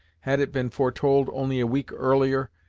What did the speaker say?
had it been foretold only a week earlier,